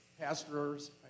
pastors